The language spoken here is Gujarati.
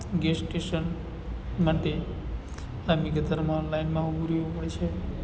ગેસ સ્ટેશન માટે લાંબી કતારમાં લાઈનમાં ઊભું રહેવું પડે છે